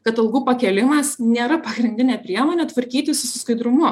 kad algų pakėlimas nėra pagrindinė priemonė tvarkytis su su skaidrumu